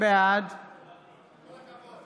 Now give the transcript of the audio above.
בעד